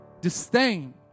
Disdain